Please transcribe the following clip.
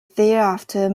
thereafter